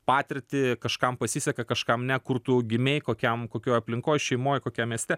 patirtį kažkam pasiseka kažkam ne kur tu gimei kokiam kokioj aplinkoj šeimoj kokiam mieste